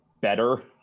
better